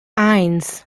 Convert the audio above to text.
eins